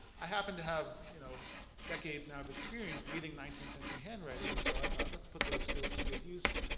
i happen to have you know decades now of experience reading nineteenth century handwriting, so i thought, let's put those skills to good use.